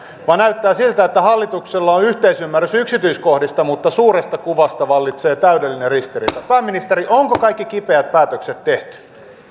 vaan näyttää siltä että hallituksella on yhteisymmärrys yksityiskohdista mutta suuresta kuvasta vallitsee täydellinen ristiriita pääministeri onko kaikki kipeät päätökset tehty